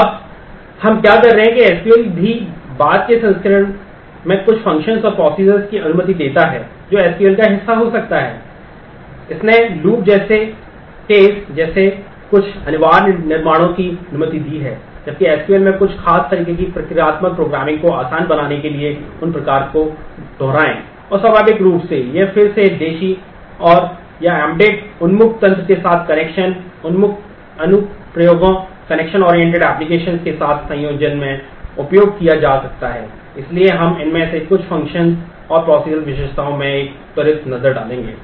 अब हम क्या कह रहे हैं कि एसक्यूएल और procedural विशेषताओं में एक त्वरित नज़र डालेंगे